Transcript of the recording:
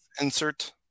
Insert